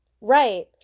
Right